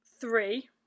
three